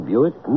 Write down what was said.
Buick